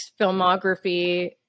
filmography